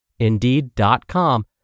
Indeed.com